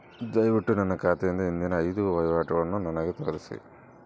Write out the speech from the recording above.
ದಯವಿಟ್ಟು ನನ್ನ ಖಾತೆಯಿಂದ ಹಿಂದಿನ ಐದು ವಹಿವಾಟುಗಳನ್ನು ನನಗೆ ತೋರಿಸಿ